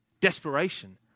desperation